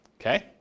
Okay